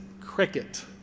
cricket